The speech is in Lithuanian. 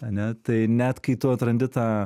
ane tai net kai tu atrandi tą